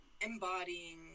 embodying